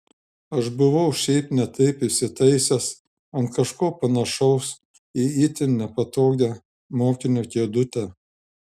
aš buvau šiaip ne taip įsitaisęs ant kažko panašaus į itin nepatogią mokinio kėdutę